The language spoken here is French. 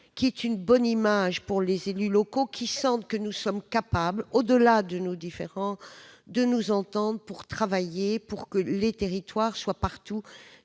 une bonne image aux élus locaux, qui sentent que nous sommes capables, au-delà de nos différends, de nous entendre pour travailler, afin que tous les territoires soient des